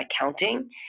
accounting